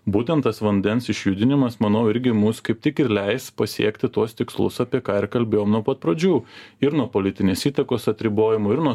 būtent tas vandens išjudinimas manau irgi mus kaip tik ir leis pasiekti tuos tikslus apie ką ir kalbėjom nuo pat pradžių ir nuo politinės įtakos atribojimo ir nuo